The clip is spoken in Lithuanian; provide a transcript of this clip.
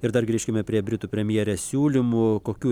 ir dar grįžkime prie britų premjerės siūlymų kokių